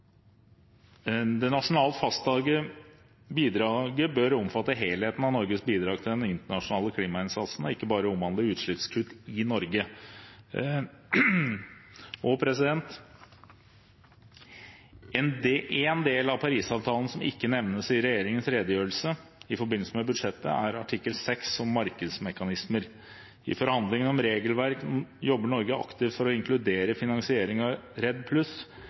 Det nasjonalt fastsatte bidraget bør omfatte helheten av Norges bidrag til den internasjonale klimainnsatsen, og ikke bare omhandle utslippskutt i Norge. En del av Paris-avtalen som ikke nevnes i regjeringens redegjørelse i forbindelse med budsjettet, er artikkel 6 om markedsmekanismer. I forhandlingen om regelverk jobber Norge aktivt for å inkludere finansieringen REDD+,